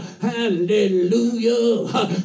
hallelujah